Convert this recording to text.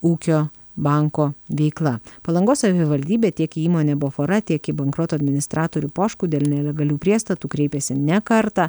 ūkio banko veikla palangos savivaldybė tiek įmonė bofora tiek į bankroto administratorių poškų dėl nelegalių priestatų kreipėsi ne kartą